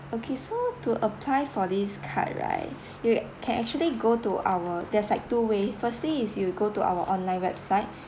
okay so to apply for this card right you can actually go to our there's like two way firstly is you go to our online website